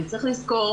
צריך לזכור